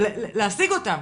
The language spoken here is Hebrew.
להשיג אותן.